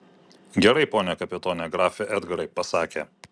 gerai pone kapitone grafe edgarai pasakė